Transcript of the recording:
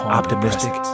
optimistic